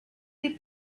they